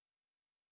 wait ah